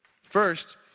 First